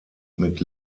mit